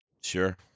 Sure